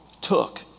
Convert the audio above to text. took